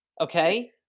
Okay